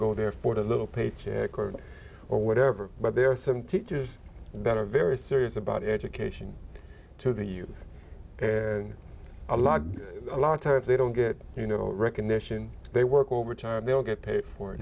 go there for the little paycheck or or whatever but there are some teachers that are very serious about education to you and a lot a lot of times they don't get you know recognition they work overtime they don't get paid for it